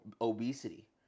obesity